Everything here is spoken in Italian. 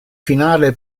finale